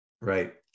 Right